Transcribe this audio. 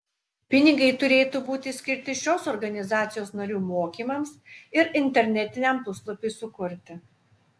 pinigai turėtų būti skirti šios organizacijos narių mokymams ir internetiniam puslapiui sukurti